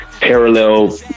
parallel